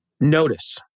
notice